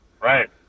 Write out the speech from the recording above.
Right